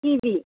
kiwi